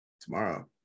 Tomorrow